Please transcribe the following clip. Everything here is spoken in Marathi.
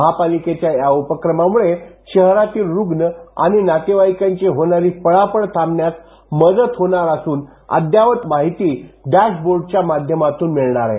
महापालिकेच्या या उपक्रमामुळे शहरातील रुग्ण आणि नातेवाईकांची होणारी पळापळ थांबण्यास मदत होणार असून अद्ययावत माहिती डॅश बोर्डच्या माध्यमातून मिळणार आहे